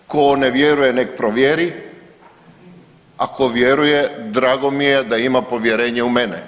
Tko ne vjeruje nek provjeri, a tko vjeruje drago mi da ima povjerenja u mene.